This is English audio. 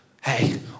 hey